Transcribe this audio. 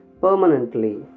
permanently